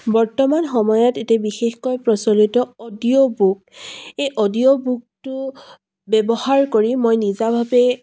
বৰ্তমান সময়ত এটি বিশেষকৈ প্ৰচলিত অডিঅ' বুক এই অডিঅ' বুকটো ব্যৱহাৰ কৰি মই নিজাভাৱে